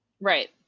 Right